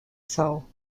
soul